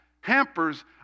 hampers